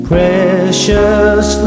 Precious